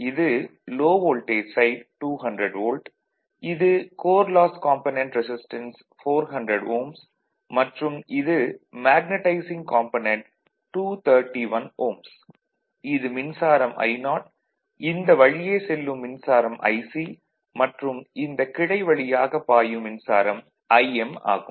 இது low voltage side 200 volt இது core loss component resistance 400 Ω மற்றும் இது மேக்னடைசிங் காம்பனென்ட் 231 Ω இது மின்சாரம் I0 இந்த வழியே செல்லும் மின்சாரம் Ic மற்றும் இந்த கிளை வழியாக பாயும் மின்சாரம் Im ஆகும்